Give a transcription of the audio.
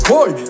Boy